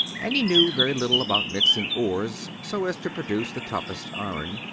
and he knew very little about mixing ores so as to produce the toughest iron.